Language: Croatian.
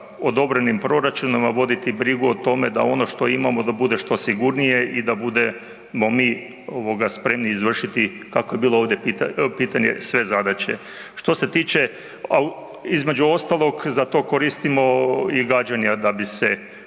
odobrenim proračunima voditi brigu o tome da ono što imamo, da bude što sigurnije i da budemo mi, ovoga, spremni izvršiti, kako je bilo ovdje pitanje, sve zadaće, što se tiče, između ostalog za to koristimo i gađanja da bi se,